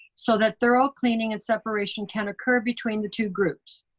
so that thorough cleaning and separation can occur between the two groups.